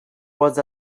was